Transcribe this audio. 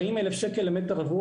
40,000 שקל למטר רבוע